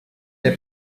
der